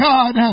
God